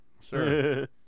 Sure